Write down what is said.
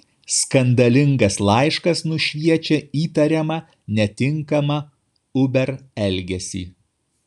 skandalingas laiškas nušviečia įtariamą netinkamą uber elgesį